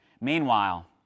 Meanwhile